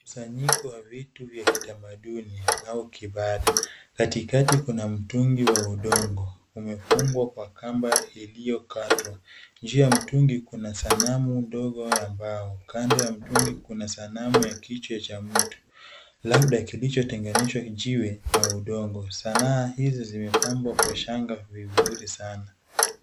Msanyiko wa vitu vya kitamaduni au kibada. Katikati kuna mtungi wa udongo, umefungwa kwa kamba iliyokatwa. Njia ya mtungi kuna sanamu ndogo ya mbao. Kanda ya mtungi kuna sanamu ya kichwa cha mtu. Labda kilichotenganishwa jiwe na udongo. Sanaa hizo zimepambwa kwa shanga vizuri sana.